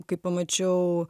kai pamačiau